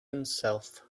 himself